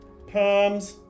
Perms